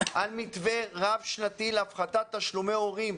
על מתווה רב שנתי להפחתת תשלומי הורים.